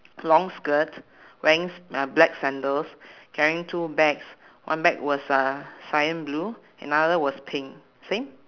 long skirt wearing s~ uh black sandals carrying two bags one bag was uh cyan blue another was pink same